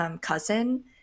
cousin